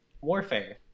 warfare